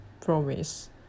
promise